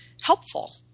helpful